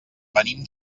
venim